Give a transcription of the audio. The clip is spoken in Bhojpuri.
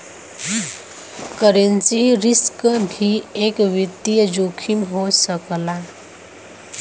करेंसी रिस्क भी एक वित्तीय जोखिम हो सकला